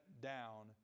down